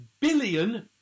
billion